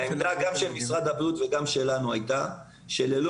העמדה של משרד הבריאות ושלנו הייתה שללא